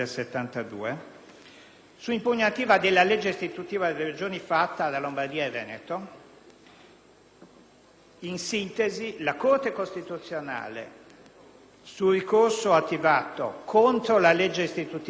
su impugnazione della legge istitutiva delle Regioni fatta da Lombardia e Veneto. In sintesi, la Corte costituzionale, su ricorso attivato contro la legge istitutiva delle Regioni